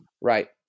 right